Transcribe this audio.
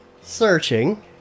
searching